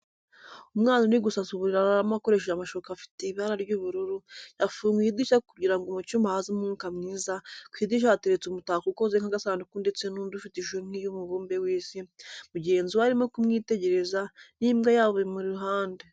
Umwana ari gusasa uburiri araramo akoresheje amashuka afite ibara ry'ubururu, yafunguye idirishya kugira ngo mu cyumba hazemo umwuka mwiza, ku idirishya hateretse umutako ukoze nk'agasanduku ndetse n'undi ufite ishusho nk'iy'umubumbe w'Isi, mugenzi we arimo kumwitegereza, n'imbwa yabo imuri iruhande.